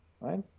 Right